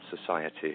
society